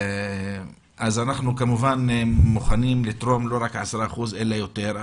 אז אנחנו מוכנים לתרום לא רק 10%, אלא יותר.